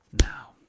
Now